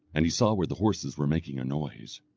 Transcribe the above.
and he saw where the horses were making a noise.